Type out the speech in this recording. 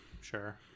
Sure